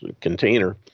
container